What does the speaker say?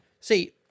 See